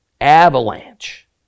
avalanche